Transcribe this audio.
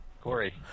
Corey